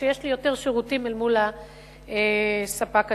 כשיש לי יותר שירותים אל מול הספק עצמו.